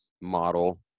model